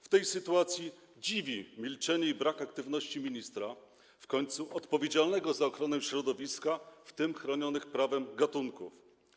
W tej sytuacji dziwi milczenie i brak aktywności ministra, który jest w końcu odpowiedzialny za ochronę środowiska, w tym chronionych prawem gatunków.